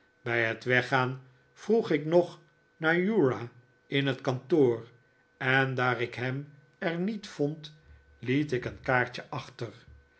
bij het weggaan vroeg ik nog naar uriah in het kantoor en daar ik hem er niet vond liet ik een kaartje achter